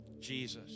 Jesus